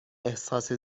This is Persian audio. احساس